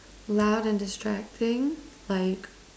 loud and distracting like